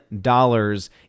dollars